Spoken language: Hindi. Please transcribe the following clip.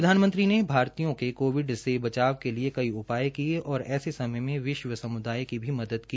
प्रधानमंत्री ने भारतीयों के कोविड से बचाव के लिए कई उपाय किये और ऐसे समय मे विश्व सम्दाय की भी मदद की